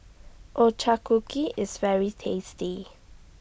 IS very tasty